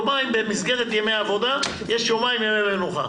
במסגרת ימי העבודה, יש יומיים שהם ימי מנוחה.